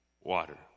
water